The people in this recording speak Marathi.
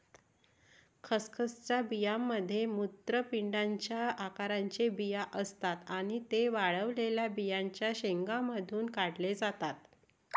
खसखसच्या बियांमध्ये मूत्रपिंडाच्या आकाराचे बिया असतात आणि ते वाळलेल्या बियांच्या शेंगांमधून काढले जातात